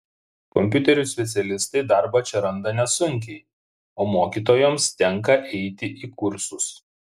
kompiuterių specialistai darbą čia randa nesunkiai o mokytojoms tenka eiti į kursus